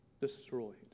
destroyed